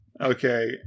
okay